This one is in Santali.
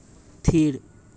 ᱛᱷᱤᱨ